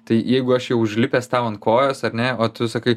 tai jeigu aš jau užlipęs tau ant kojos ar ne o tu sakai